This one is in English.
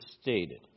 stated